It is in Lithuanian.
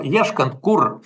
ieškant kur